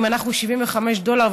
אם אנחנו 75 דולר,